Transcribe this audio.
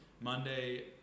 Monday